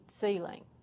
ceiling